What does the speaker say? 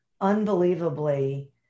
unbelievably